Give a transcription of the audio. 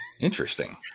Interesting